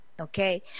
okay